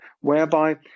whereby